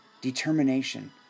determination